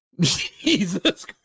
Jesus